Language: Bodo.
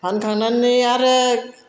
फानखांनानै आरो